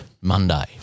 Monday